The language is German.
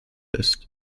ist